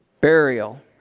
burial